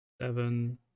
seven